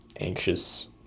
anxious